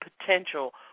potential